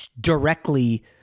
directly